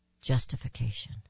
Justification